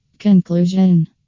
Conclusion